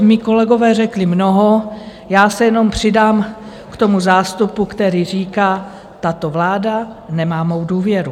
Mí kolegové řekli mnoho, já se jenom přidám k tomu zástupu, který říká, tato vláda nemá mou důvěru.